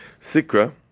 Sikra